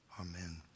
Amen